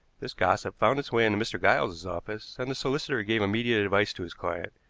this gossip found its way into mr. giles's office, and the solicitor gave immediate advice to his client.